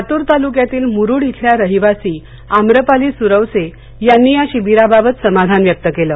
लातूर तालुक्यातील मुरुड इथल्या रहिवासी आम्रपाली सुरवसे यांनी या शिबिराबाबत समाधान व्यक्त केलं